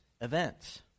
events